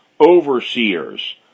overseers